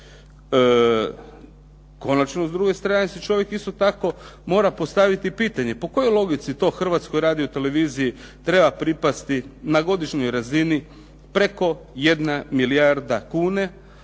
Konačno, s druge strane si čovjek isto tako mora postaviti pitanje po kojoj logici to Hrvatskoj radio-televiziji treba pripasti na godišnjoj razini preko 1 milijarda kuna